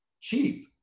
cheap